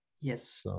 Yes